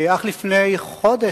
אך לפני חודש,